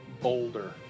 boulder